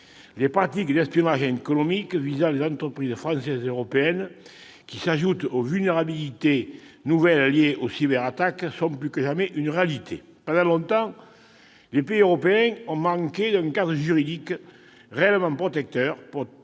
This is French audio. Les pratiques d'espionnage économique visant les entreprises françaises et européennes, qui s'ajoutent aux vulnérabilités nouvelles liées aux cyberattaques, sont plus que jamais une réalité. Pendant longtemps, les pays européens ont manqué d'un cadre juridique réellement protecteur